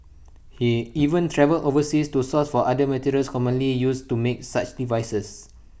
he even travelled overseas to source for other materials commonly used to make such devices